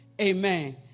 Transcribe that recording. Amen